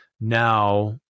Now